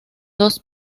dos